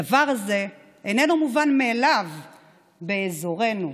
דבר זה איננו מובן מאליו באזורנו,